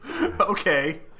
okay